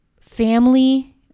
Family